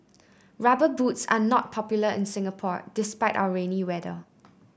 rubber boots are not popular in Singapore despite our rainy weather